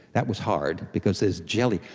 that was hard because there's jelly,